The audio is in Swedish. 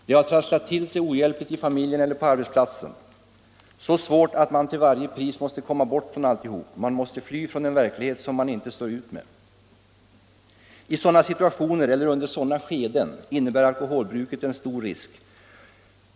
Det kan ha trasslat till sig ohjälpligt i familjen eller på arbetsplatsen, så svårt att man till varje pris måste komma bort från alltihop. Man måste fly från en verklighet som man inte står ut med. I sådana situationer eller under sådana skeden innebär alkoholbruket en stor risk.